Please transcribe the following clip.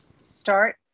start